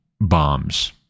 bombs